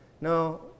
no